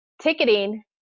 Ticketing